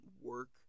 work